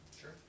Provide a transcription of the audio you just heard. Sure